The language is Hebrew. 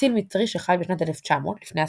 אציל מצרי שחי בשנת 1900 לפני הספירה.